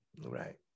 right